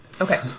Okay